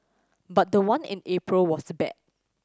but the one in April was bad